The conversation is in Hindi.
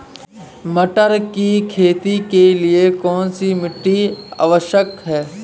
मटर की खेती के लिए कौन सी मिट्टी आवश्यक है?